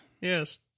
yes